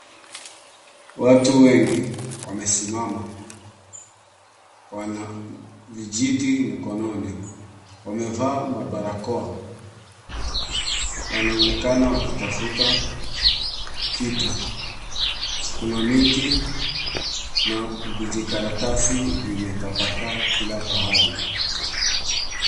Watu wengi wamesimama. Wana vijiti mkononi. Wamevaa mabarakoa. Wanaonekana wakitafuta kitu. Kuna miti na vijikaratasi vimetapakaa kila pahali.